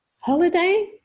holiday